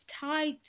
tied